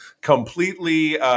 completely